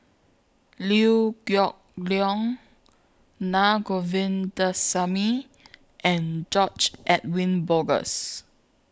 Liew Geok Leong Naa Govindasamy and George Edwin Bogaars